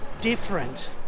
different